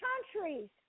Countries